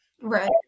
Right